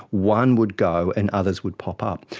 one would go and others would pop up,